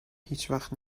هیچوقت